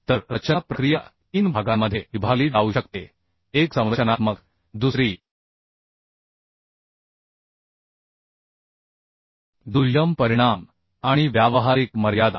तर रचना प्रक्रिया तीन भागांमध्ये विभागली जाऊ शकते एक संरचनात्मक दुसरी दुय्यम परिणाम आणि व्यावहारिक मर्यादा